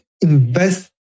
invest